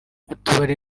utubari